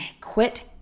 quit